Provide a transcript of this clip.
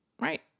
right